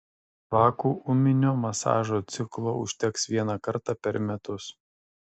vakuuminio masažo ciklo užteks vieną kartą per metus